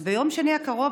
אז ביום שני הקרוב,